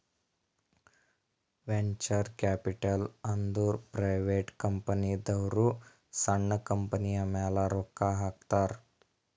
venture capital ಅಂದುರ್ private ಕಂಪನಿದವ್ರು ಸಣ್ಣು ಕಂಪನಿಯ ಮ್ಯಾಲ ರೊಕ್ಕಾ ಹಾಕ್ತಾರ್